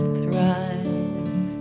thrive